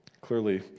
clearly